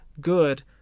good